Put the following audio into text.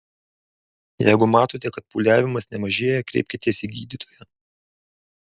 jeigu matote kad pūliavimas nemažėja kreipkitės į gydytoją